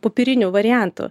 popieriniu variantu